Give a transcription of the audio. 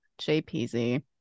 JPZ